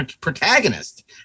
protagonist